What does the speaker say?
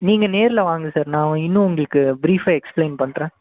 நீங்கள் நேரில் வாங்க சார் நான் இன்னும் உங்களுக்கு ப்ரீஃபாக எக்ஸ்ப்ளைன் பண்ணுறேன்